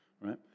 right